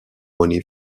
money